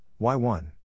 Y1